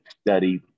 study